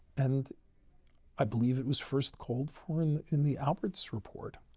and i believe it was first called for and in the alberts report.